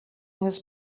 his